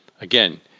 Again